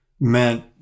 meant